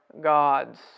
God's